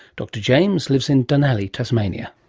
dr james lives in dunalley, tasmania.